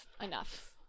enough